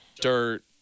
dirt